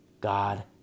God